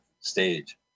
stage